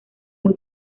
muy